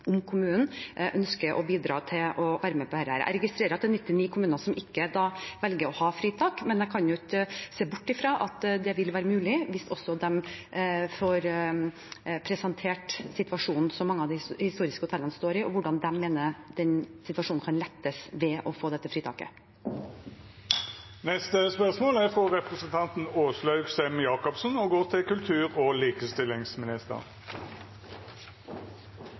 om kommunen ønsker å bidra til å være med på dette. Jeg registrerer at det er 99 kommuner som ikke velger å ha fritak, men jeg kan jo ikke se bort fra at det vil være mulig hvis også de får presentert situasjonen som mange av de historiske hotellene står i, og hvordan man mener den situasjonen kan lettes ved å få dette fritaket.